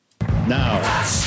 Now